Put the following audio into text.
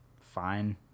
fine